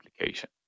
application